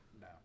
No